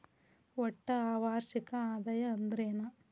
ಒಟ್ಟ ವಾರ್ಷಿಕ ಆದಾಯ ಅಂದ್ರೆನ?